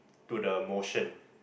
to the motion